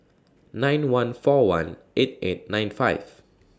nine one four one eight eight nine five